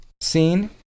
scene